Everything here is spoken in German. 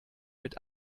mit